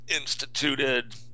instituted